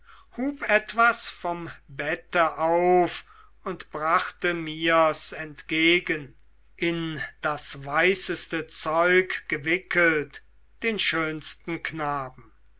hub etwas vom bette auf und brachte mir's entgegen in das weißeste zeug gewickelt den schönsten knaben